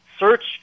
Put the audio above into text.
search